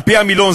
על-פי המילון,